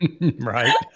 Right